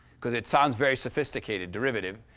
cause it sounds very sophisticated derivative.